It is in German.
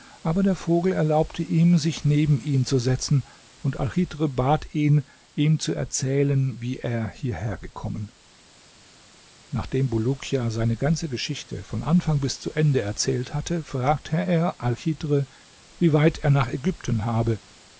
aber der vogel erlaubte ihm sich neben ihn zu setzen und alchidhr bat ihn ihm zu erzählen wie er hierhergekommen nachdem bulukia seine ganze geschichte von anfang bis zu ende erzählt hatte fragte er alchidhr wie weit er nach ägypten habe